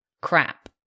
crap